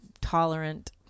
tolerant